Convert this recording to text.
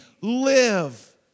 live